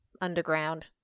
underground